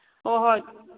ꯍꯣꯍꯣꯏ